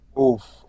Oof